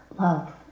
love